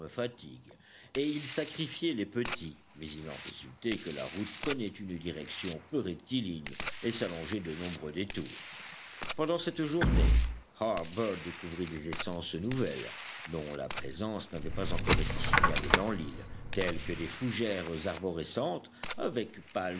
fatigues et ils sacrifiaient les petits mais il en résultait que la route prenait une direction peu rectiligne et s'allongeait de nombreux détours pendant cette journée harbert découvrit des essences nouvelles dont la présence n'avait pas encore été signalée dans l'île telles que des fougères arborescentes avec